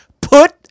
Put